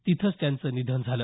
तिथंच त्यांचं निधन झालं